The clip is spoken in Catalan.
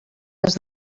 des